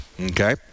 Okay